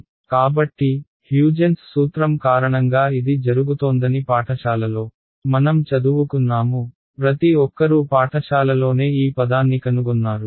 కాబట్టి హ్యూజెన్స్ సూత్రం కారణంగా ఇది జరుగుతోందని పాఠశాలలో మనం చదువుకున్నాము ప్రతి ఒక్కరూ పాఠశాలలోనే ఈ పదాన్ని కనుగొన్నారు